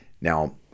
Now